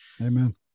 Amen